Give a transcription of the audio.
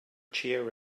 cheer